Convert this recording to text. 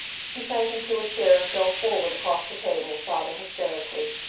she sank into a chair and fell forward across the table, sobbing hysterically.